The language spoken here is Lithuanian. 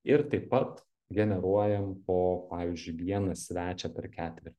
ir taip pat generuojam po pavyzdžiui vieną svečią per ketvirtį